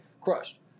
crushed